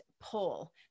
pull